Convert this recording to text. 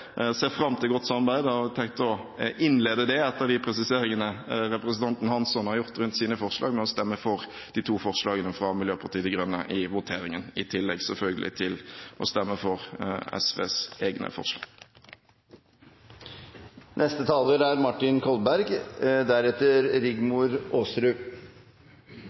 ser fram til godt samarbeid, og har tenkt å innlede det – etter de presiseringene representanten Hansson har gjort rundt sine forslag – med å stemme for de to forslagene fra Miljøpartiet De Grønne i voteringen, selvfølgelig i tillegg til å stemme for